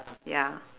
ya